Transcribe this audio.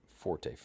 Forte